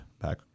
back